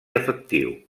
efectiu